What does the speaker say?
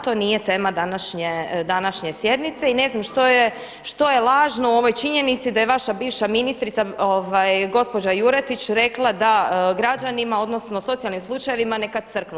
To nije tema današnje sjednice i ne znam što je lažno u ovoj činjenici da je vaša bivša ministrica gospođa Juretić rekla da građanima odnosno socijalnim slučajevima neka crknu.